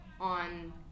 on